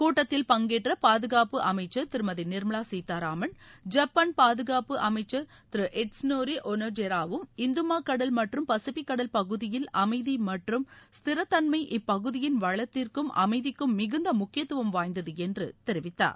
கூட்டத்தில் பங்கேற்ற பாதுகாப்பு அமைச்சர் திருமதி நிர்மலா சீதாராமன் ஜப்பான் பாதுகாப்பு அமைச்சர் திரு இட்ஸ்னோரி ஒனோடேராவும் இந்துமாக்கடல் மற்றும் பசிபிக் கடல் பகுதியில் அமைதி மற்றும் ஸ்திரத்தன்ம இப்பகுதியின் வளத்திற்கும் அமைதிக்கும் மிகுந்த முக்கியத்துவம் வாய்ந்தது என்று தெரிவித்தனர்